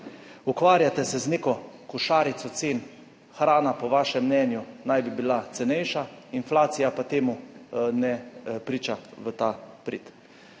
Ukvarjate se z neko košarico cen, hrana po vašem mnenju naj bi bila cenejša, inflacija pa temu ne priča v ta prid.